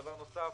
דבר נוסף,